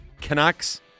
Canucks